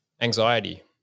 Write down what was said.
anxiety